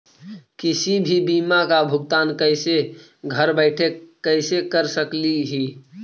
किसी भी बीमा का भुगतान कैसे घर बैठे कैसे कर स्कली ही?